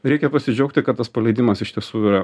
reikia pasidžiaugti kad tas paleidimas iš tiesų yra